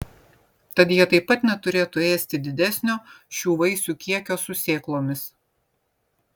tad jie taip pat neturėtų ėsti didesnio šių vaisių kiekio su sėklomis